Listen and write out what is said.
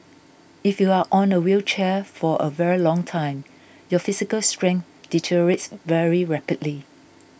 if you are on a wheelchair for a very long time your physical strength deteriorates very rapidly